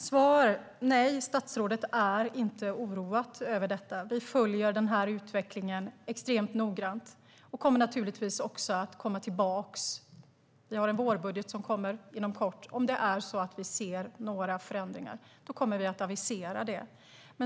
Fru talman! Svaret är nej. Statsrådet är inte oroad över detta. Vi följer utvecklingen mycket noga och kommer naturligtvis också att komma tillbaka - en vårbudget kommer inom kort - om vi ser några förändringar. Då kommer vi att avisera det.